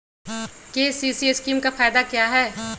KCC scheme का फायदा क्या है?